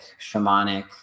shamanic